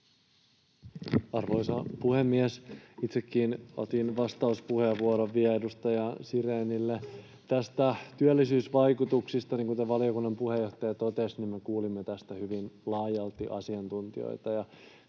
Arvoisa puhemies! Itsekin otin vielä vastauspuheenvuoron edustaja Sirénille. Näistä työllisyysvaikutuksista: Kuten valiokunnan puheenjohtaja totesi, me kuulimme tästä hyvin laajalti asiantuntijoita,